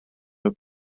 nhw